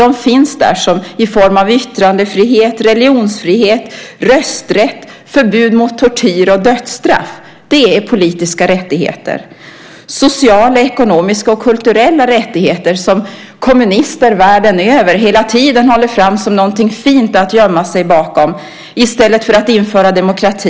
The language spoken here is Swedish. De finns där i form av yttrandefrihet, religionsfrihet, rösträtt, förbud mot tortyr och dödsstraff. Det är politiska rättigheter. Kommunister världen över håller hela tiden fram sociala, ekonomiska och kulturella rättigheter som något fint att gömma sig bakom i stället för att införa demokrati.